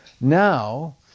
now